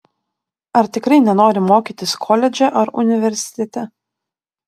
ar tikrai nenori mokytis koledže ar universitete